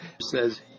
says